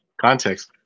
context